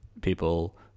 people